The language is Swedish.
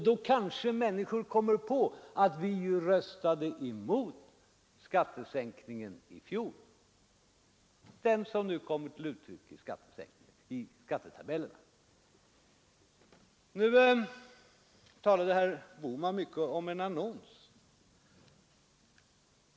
Då kanske människor kommer på att de borgerliga i fjol röstade emot denna skattesänkning. Herr Bohman talade mycket om en annons.